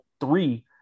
three